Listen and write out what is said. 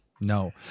no